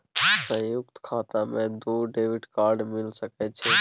संयुक्त खाता मे दू डेबिट कार्ड मिल सके छै?